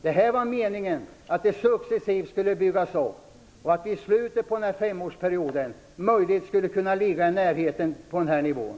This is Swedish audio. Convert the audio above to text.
Det var meningen att stödet skulle byggas upp successivt och att det i slutet av femårsperioden möjligen skulle kunna ligga på den nivån.